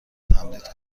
تمدید